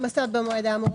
מה זאת אומרת "במועד האמור"?